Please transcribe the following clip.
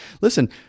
Listen